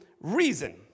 reason